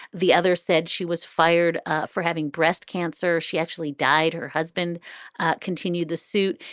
the other said she was fired for having breast cancer. she actually died. her husband continued the suit.